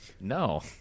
No